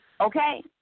Okay